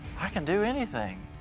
i can do anything.